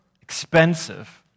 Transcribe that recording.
expensive